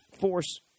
force